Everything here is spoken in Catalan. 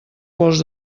pols